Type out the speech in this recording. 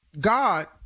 God